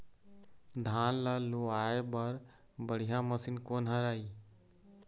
धान ला लुआय बर बढ़िया मशीन कोन हर आइ?